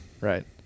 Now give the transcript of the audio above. right